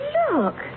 look